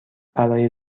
برای